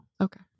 Okay